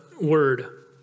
word